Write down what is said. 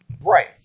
Right